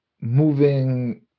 moving